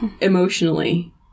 Emotionally